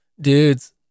dudes